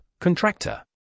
contractor